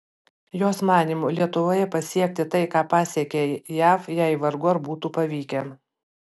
jos manymu lietuvoje pasiekti tai ką pasiekė jav jai vargu ar būtų pavykę